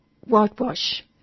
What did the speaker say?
Whitewash